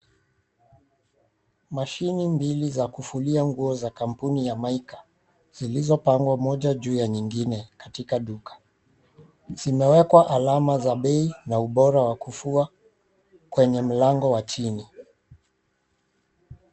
Mashini mbili za kufulia nguo za kampuni ya Maika. zilizopangwa moja juu ya nyingine Katika duka. Zimewekwa alama za bei na ubora wa kufua kwenye mlango wa chini.